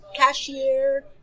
cashier